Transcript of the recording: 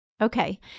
Okay